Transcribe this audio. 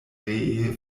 ree